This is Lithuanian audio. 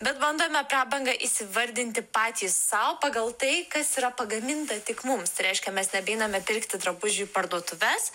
bet bandome prabangą įsivardinti patys sau pagal tai kas yra pagaminta tik mums tai reiškia mes neiname pirkti drabužių į parduotuves